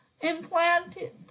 implanted